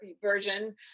version